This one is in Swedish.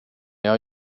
jag